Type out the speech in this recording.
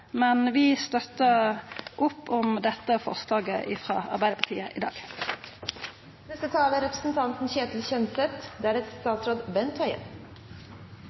Men vi støttar opp om dette forslaget frå Arbeidarpartiet i dag. For Venstre er